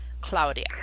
Claudia